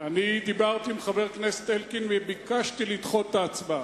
אני דיברתי עם חבר הכנסת אלקין וביקשתי לדחות את ההצבעה.